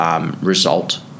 result